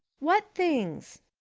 what things?